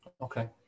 Okay